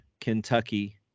Kentucky